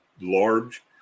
large